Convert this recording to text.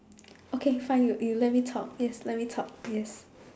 okay fine you you let me talk yes let me talk yes